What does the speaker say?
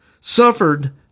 Suffered